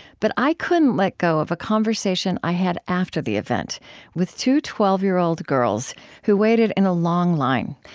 but i couldn't let go of a conversation i had after the event with two twelve year old girls who waited in a long line.